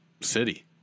city